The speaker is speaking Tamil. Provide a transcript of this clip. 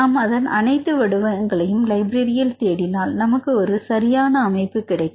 நாம் அதன் அனைத்து வடிவங்களையும் லைப்ரரியில் தேடினால் நமக்கு ஒரு சரியான அமைப்பு கிடைக்கும்